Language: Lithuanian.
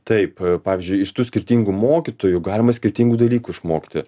taip pavyzdžiui iš tų skirtingų mokytojų galima skirtingų dalykų išmokti